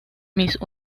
miss